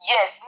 Yes